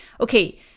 okay